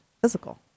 physical